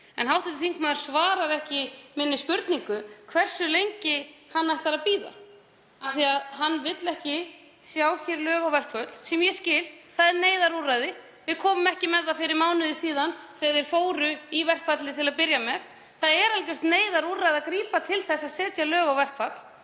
En hv. þingmaður svarar ekki spurningu minni um hversu lengi hann ætli að bíða. Hann vill ekki sjá hér lög á verkföll, sem ég skil, það er neyðarúrræði. Við komum ekki fram með það fyrir mánuði síðan þegar þeir fóru í verkfall upphaflega. Það er algjört neyðarúrræði að grípa til þess að setja lög á verkfall.